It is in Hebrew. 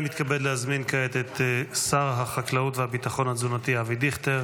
אני מתכבד להזמין כעת את שר החקלאות והביטחון התזונתי אבי דיכטר